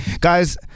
guys